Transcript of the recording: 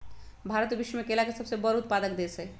भारत विश्व में केला के सबसे बड़ उत्पादक देश हई